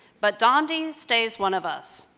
but donde ah stays one of us.